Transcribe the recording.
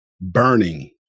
burning